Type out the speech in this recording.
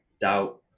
doubt